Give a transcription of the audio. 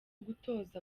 gutoza